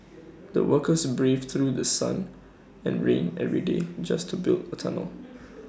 the workers braved through sun and rain every day just to build A tunnel